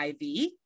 IV